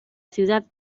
ciudad